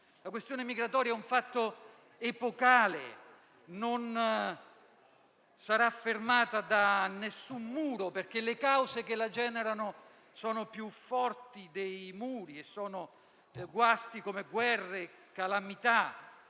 La questione migratoria è un fatto epocale e non sarà fermata da nessun muro, perché le cause che la generano sono più forti dei muri, e sono guasti come guerre e calamità,